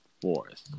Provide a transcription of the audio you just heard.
fourth